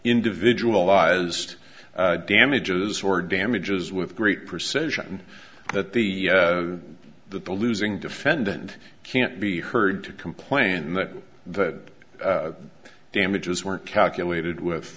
individual law is damages or damages with great precision that the the losing defendant can't be heard to complain that the damages weren't calculated